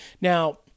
now